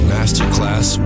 Masterclass